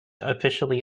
officially